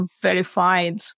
verified